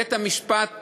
בית-המשפט השני,